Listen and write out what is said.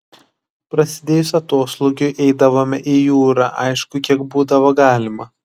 prasidėjus atoslūgiui eidavome į jūrą aišku kiek būdavo galima